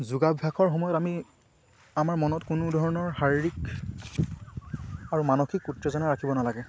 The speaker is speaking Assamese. যোগাভ্যাসৰ সময়ত আমি আমাৰ মনত কোনো ধৰণৰ শাৰীৰিক আৰু মানসিক উত্তেজনা ৰাখিব নালাগে